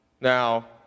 Now